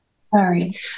Sorry